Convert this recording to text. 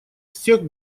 всех